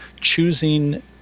choosing